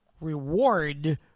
reward